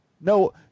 No